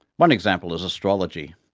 one example is astrology,